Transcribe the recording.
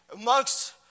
amongst